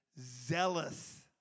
zealous